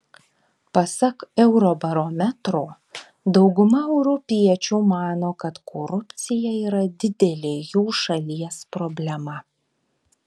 pasak eurobarometro dauguma europiečių mano kad korupcija yra didelė jų šalies problema